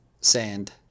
sand